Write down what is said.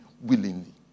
willingly